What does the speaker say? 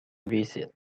visit